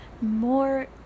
more